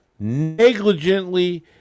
negligently